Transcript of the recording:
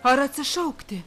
ar atsišaukti